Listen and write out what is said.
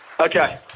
Okay